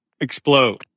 explode